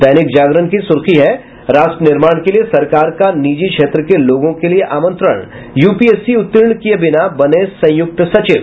दैनिक जागरण की सुर्खी है राष्ट्र निर्माण के लिए सरकार का निजी क्षेत्र के लोगों के लिए आमंत्रण यूपीएससी उत्तीर्ण किये बिना बनें संयुक्त सचिव